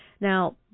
Now